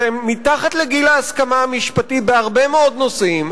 שהם מתחת לגיל ההסכמה המשפטי בהרבה מאוד נושאים,